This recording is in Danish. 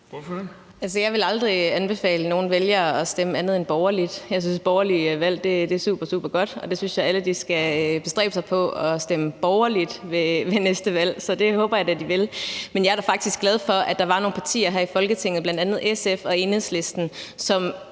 Jeg ville aldrig anbefale nogen vælger at stemme andet end borgerligt. Jeg synes, at borgerlige stemmer er supersupergodt, og jeg synes, at alle skal bestræbe sig på at stemme borgerligt ved næste valg, så det håber jeg da at de vil. Men jeg er faktisk glad for, at der er nogle partier her i Folketinget, bl.a. SF og Enhedslisten,